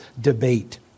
debate